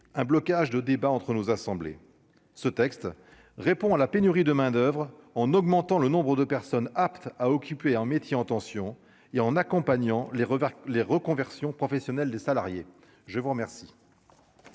un blocage de débat entre nos assemblées, ce texte répond à la pénurie de main-d'oeuvre en augmentant le nombre de personnes aptes à occuper un métier en tension et en accompagnant les revers les reconversions professionnelles des salariés, je vous remercie.